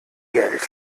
geld